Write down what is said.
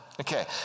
Okay